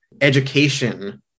education